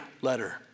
letter